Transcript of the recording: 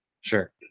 Sure